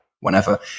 whenever